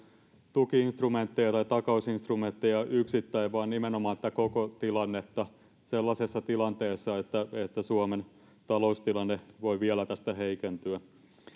tuki instrumentteja tai takausinstrumentteja yksittäin vaan nimenomaan tätä koko tilannetta sellaisessa tilanteessa että että suomen taloustilanne voi vielä tästä heikentyä